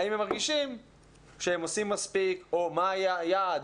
האם הם מרגישים שהם עושים מספיק או מה היה היעד?